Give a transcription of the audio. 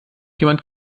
jemand